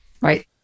right